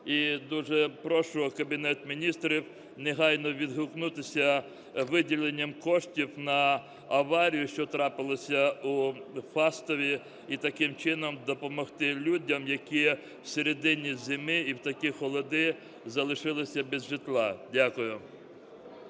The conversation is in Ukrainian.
І дуже прошу Кабінет Міністрів негайно відгукнутися виділенням коштів на аварію, що трапилася у Фастові, і таким чином допомогти людям, які всередині зими і в такі холоди залишилися без житла. Дякую.